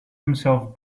himself